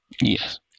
Yes